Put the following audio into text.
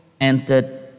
entered